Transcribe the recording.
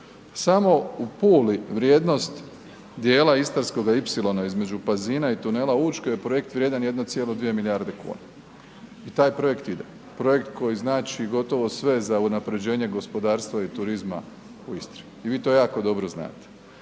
Samo u Puli vrijednost dijela Istarskoga ipsilona između Pazina i tunela Učke je projekt vrijedan 1,2 milijarde kuna i taj projekt ide. Projekt koji znači gotovo sve za unapređenje gospodarstva i turizma u Istri. I vi to jako dobro znate.